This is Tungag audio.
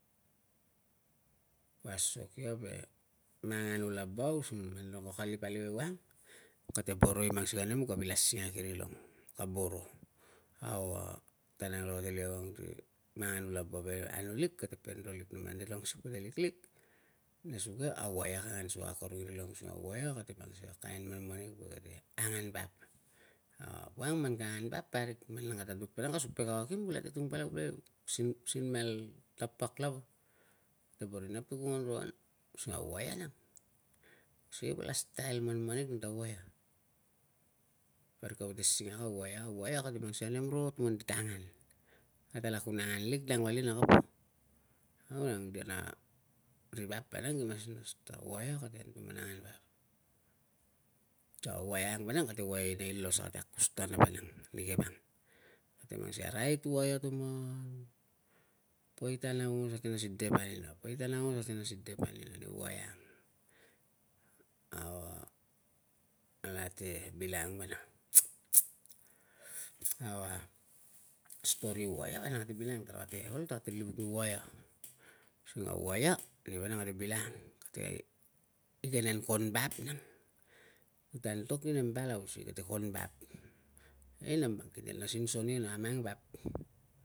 Ku asok ia ve manganu laba using a man rilong kate kalip aliu ewang kate boro i mang sikei a nem ka vil asingak irilong ka boro. Au a tan ang rilong kate liu awang ri manganu laba ve anu lik kate pen ro lik, na man rilong sip ta ke liklik nesuge a waia kka angan suak akorong irilong, using a waia kate mang sikei a kain manmanik woe kate angan vap a wang man ka angan vap parik man nang ka tadut alak ka sin pe na kakim kulate tung palau pulikai ta si- sin mal tapak lava kate boro inap ti ku nguan ro an using a waia nang, sikei vala style manmanik nang ta waia parik kapa te singakk a waia, waia kate mang sikei a nem ro tuman di tangan natala kun angan lik nang vali na kapa, au nang de vang ta ri vap ki mas nas ta waia kate anutuman angan vap sikei a waia ang vanang kate anu inei los ate akus tatana vanang nike vang kate ang sikei a rait waia tuman poi tan aungos ate nas ni de vali na, poi tan aungos ate nas ni de valina ti waia ang. Au a alate bilangang vanang, au a stori i waia vanang kate bilangang, tarakate, ol tarate livuk ni waia, using a waia ninia vanang kate bilangang kate igenen kon vap nang, kute antok ni nem palau sikei kate kon vap, sikei nang kite nas ni so nina a mang vap.